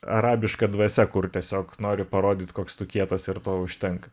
arabiška dvasia kur tiesiog nori parodyt koks tu kietas ir to užtenka